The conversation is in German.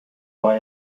war